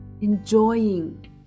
enjoying